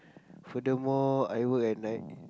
furthermore I work at night